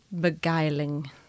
beguiling